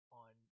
on